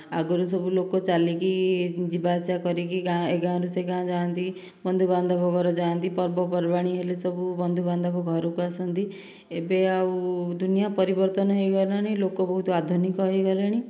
ଆଗରୁ ସବୁଲୋକ ଚାଲିକି ଯିବାଆସିବା କରିକି ଗାଁ ଏ ଗାଁରୁ ସେ ଗାଁକୁ ଯାଆନ୍ତି ବନ୍ଧୁବାନ୍ଧବ ଘରକୁ ଯାଆନ୍ତି ପର୍ବପର୍ବାଣି ହେଲେ ସବୁ ବନ୍ଧୁ ବାନ୍ଧବ ଘରକୁ ଆସନ୍ତି ଏବେ ଆଉ ଦୁନିଆଁ ପରିବର୍ତ୍ତନ ହୋଇଗଲାଣି ଲୋକ ବହୁତ ଆଧୁନିକ ହୋଇଗଲେଣି